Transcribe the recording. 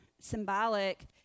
symbolic